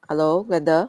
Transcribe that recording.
hello glenda